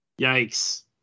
Yikes